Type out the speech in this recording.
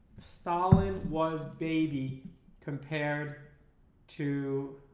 stalin was baby compared to